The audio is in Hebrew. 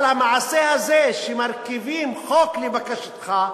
אבל המעשה הזה, שמרכיבים חוק לבקשתך,